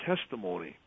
testimony